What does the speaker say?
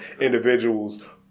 individuals